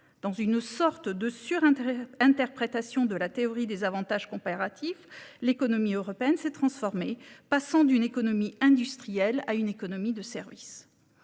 Dans une sorte de surinterprétation de la théorie des avantages comparatifs, l'économie européenne s'est transformée, passant d'une économie industrielle à une économie de service.